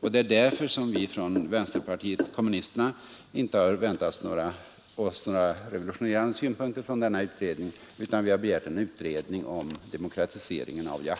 Det är därför som vi från vänsterpartiet kommunisterna inte har väntat oss några revolutionerande synpunkter från denna utredning, och därför har vi begärt en utredning om demokratisering av jakten.